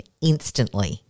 instantly